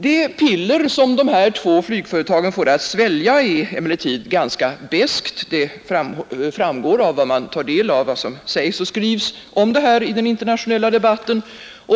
Det piller som de två flygföretagen får att svälja är emellertid ganska beskt — det framgår om man tar del av vad som sägs och skrivs om det här i den internationella debatten.